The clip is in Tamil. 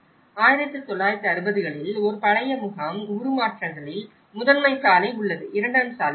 1960 களில் ஒரு பழைய முகாம் உருமாற்றங்களில் முதன்மை சாலை உள்ளது இரண்டாம் சாலை உள்ளது